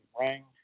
rang